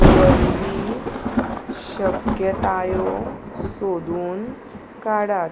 वरवीं शक्यतायो सोदून काडात